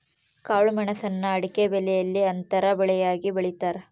ಕಾಳುಮೆಣುಸ್ನ ಅಡಿಕೆಬೆಲೆಯಲ್ಲಿ ಅಂತರ ಬೆಳೆಯಾಗಿ ಬೆಳೀತಾರ